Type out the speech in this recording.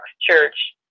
Church